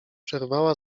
przerwała